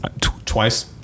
twice